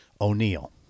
O'Neill